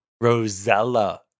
Rosella